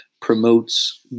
promotes